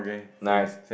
nice